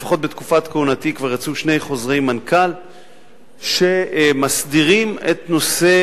לפחות בתקופת כהונתי כבר יצאו שני חוזרי מנכ"ל שמסדירים את נושא